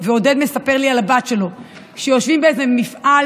עד גיל 21 משרד החינוך משקיע תקציבים מרשימים בחינוך